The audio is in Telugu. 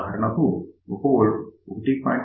ఉదాహరణకు 1 V 1